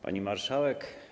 Pani Marszałek!